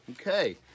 Okay